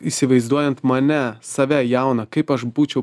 įsivaizduojant mane save jauną kaip aš būčiau